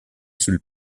sul